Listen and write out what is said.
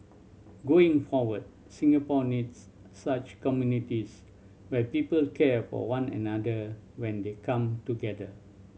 going forward Singapore needs such communities where people care for one another when they come together